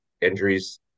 injuries